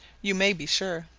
you may be sure.